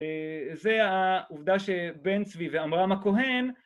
זה העובדה שבן צבי ועמרם הכהן